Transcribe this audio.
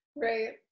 Right